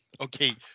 Okay